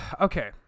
okay